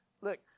Look